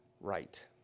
right